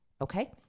Okay